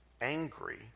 Angry